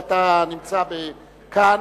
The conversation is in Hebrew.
ואתה נמצא כאן,